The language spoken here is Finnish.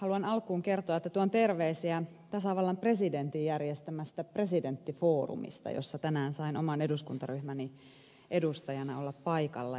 haluan alkuun kertoa että tuon terveisiä tasavallan presidentin järjestämästä presidenttifoorumista jossa tänään sain oman eduskuntaryhmäni edustajana olla paikalla